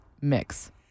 mix